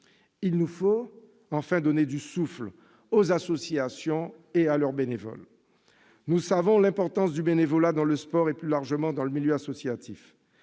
Il nous faut donner du souffle aux associations et à leurs bénévoles. Nous savons l'importance du bénévolat dans le sport et plus largement dans le milieu associatif.